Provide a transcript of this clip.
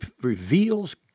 reveals